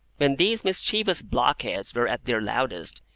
when these mischievous blockheads were at their loudest,